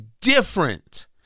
different